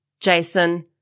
Jason